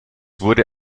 wurde